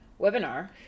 webinar